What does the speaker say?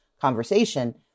conversation